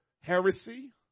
heresy